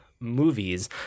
Movies